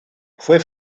fue